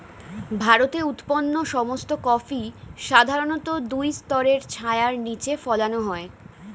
ভারতে উৎপন্ন সমস্ত কফি সাধারণত দুই স্তরের ছায়ার নিচে ফলানো হয়